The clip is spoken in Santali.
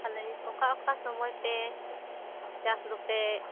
ᱛᱟᱦᱚᱞᱮ ᱚᱠᱟ ᱚᱠᱟ ᱥᱚᱢᱳᱭ ᱯᱮ ᱪᱟᱥ ᱫᱚᱯᱮ